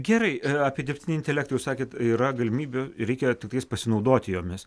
gerai apie dirbtinį intelektą jau sakėt yra galimybių reikia tiktais pasinaudoti jomis